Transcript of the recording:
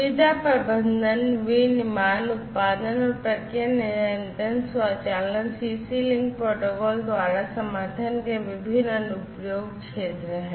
सुविधा प्रबंधन विनिर्माण उत्पादन और प्रक्रिया नियंत्रण स्वचालन सीसी लिंक प्रोटोकॉल द्वारा समर्थन के विभिन्न अनुप्रयोग क्षेत्र हैं